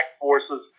forces